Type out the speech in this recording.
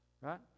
Right